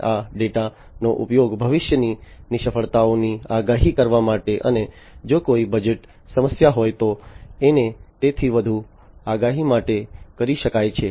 અને આ ડેટાનો ઉપયોગ ભવિષ્યની નિષ્ફળતાઓની આગાહી કરવા માટે અને જો કોઈ બજેટ સમસ્યા હોય તો અને તેથી વધુ આગાહી માટે કરી શકાય છે